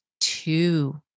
Two